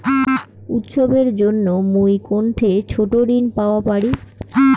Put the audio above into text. উৎসবের জন্য মুই কোনঠে ছোট ঋণ পাওয়া পারি?